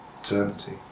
eternity